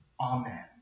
amen